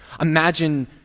imagine